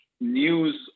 news